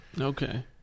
Okay